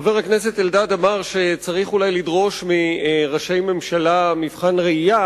חבר הכנסת אלדד אמר שצריך אולי לדרוש מראשי ממשלה מבחן ראייה.